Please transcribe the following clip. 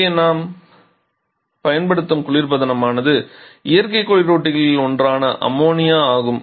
இங்கே நாம் பயன்படுத்தும் குளிர்பதனமானது இயற்கை குளிரூட்டிகளில் ஒன்றான அம்மோனியா ஆகும்